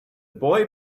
boy